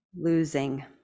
losing